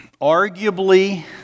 arguably